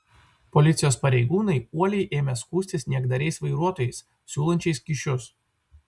policijos pareigūnai uoliai ėmė skųstis niekdariais vairuotojais siūlančiais kyšius